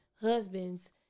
husband's